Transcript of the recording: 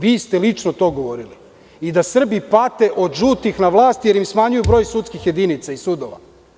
Vi ste lično to govorili i da Srbi pate od „žutih“ na vlasti, jer smanjuju broj sudskih jedinica i sudova.